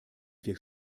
wir